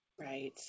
right